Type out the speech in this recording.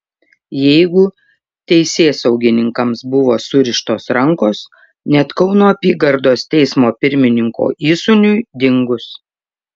jeigu teisėsaugininkams buvo surištos rankos net kauno apygardos teismo pirmininko įsūniui dingus